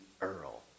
Earl